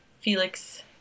Felix